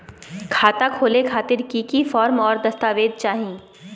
खाता खोले खातिर की की फॉर्म और दस्तावेज चाही?